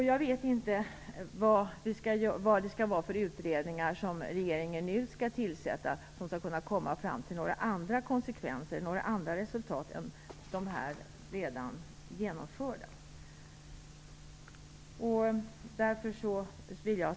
Jag vet inte vilka utredningar regeringen nu skulle kunna tillsätta som skulle kunna komma fram till några andra konsekvenser och några andra resultat än de redan genomförda.